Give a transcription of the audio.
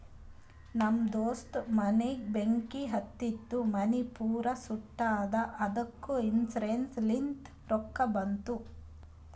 ನಮ್ ದೋಸ್ತ ಮನಿಗ್ ಬೆಂಕಿ ಹತ್ತಿತು ಮನಿ ಪೂರಾ ಸುಟ್ಟದ ಅದ್ದುಕ ಇನ್ಸೂರೆನ್ಸ್ ಲಿಂತ್ ರೊಕ್ಕಾ ಬಂದು